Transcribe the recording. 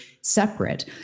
separate